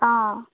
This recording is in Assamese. অঁ